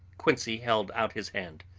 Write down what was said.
quincey held out his hand.